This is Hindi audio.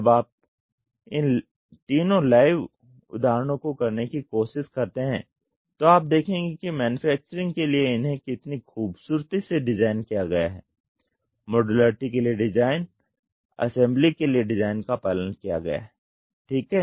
जब आप इन तीनों लाइव उदाहरणों को करने की कोशिश करते हैं तो आप देखेंगे कि मैन्युफैक्चरिंग के लिए इन्हे कितनी खूबसूरती से डिजाइन किया गया है मॉड्यूलरिटी के लिए डिजाइन असेंबली के लिए डिजाइन का पालन किया गया है ठीक है